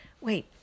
Wait